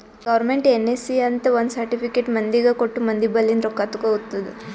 government NSC ಅಂತ್ ಒಂದ್ certificate ಮಂದಿಗ ಕೊಟ್ಟು ಮಂದಿ ಬಲ್ಲಿಂದ್ ರೊಕ್ಕಾ ತಗೊತ್ತುದ್